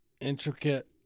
intricate